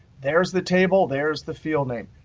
there's the table. there's the field name,